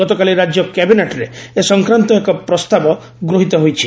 ଗତକାଲି ରାଜ୍ୟ କ୍ୟାବିନେଟ୍ରେ ଏ ସଂକ୍ରାନ୍ତ ଏକ ପ୍ରସ୍ତାବ ଗୃହୀତ ହୋଇଛି